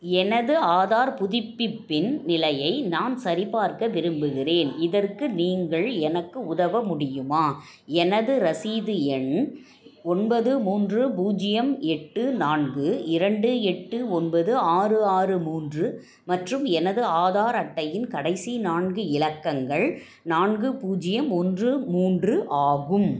எனது ஆதார் புதுப்பிப்பின் நிலையை நான் சரிபார்க்க விரும்புகிறேன் இதற்கு நீங்கள் எனக்கு உதவ முடியுமா எனது ரசீது எண் ஒன்பது மூன்று பூஜ்ஜியம் எட்டு நான்கு இரண்டு எட்டு ஒன்பது ஆறு ஆறு மூன்று மற்றும் எனது ஆதார் அட்டையின் கடைசி நான்கு இலக்கங்கள் நான்கு பூஜ்ஜியம் ஒன்று மூன்று ஆகும்